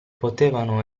potevano